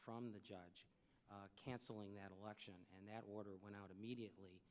from the judge canceling that election and that water went out immediately